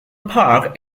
park